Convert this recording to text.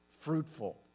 fruitful